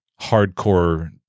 hardcore